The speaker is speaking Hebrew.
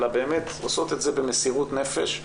אלא באמת עושות את זה במסירות נפש,